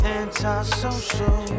anti-social